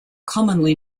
commonly